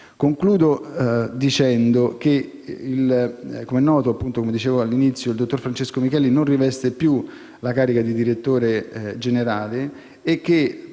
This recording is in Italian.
Concludo dicendo che - com'è noto e come ho detto all'inizio - il dottor Francesco Micheli non riveste più la carica di direttore generale e che